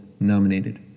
Nominated